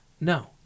No